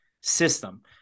system